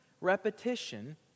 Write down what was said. repetition